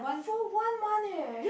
for one month eh